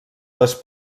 les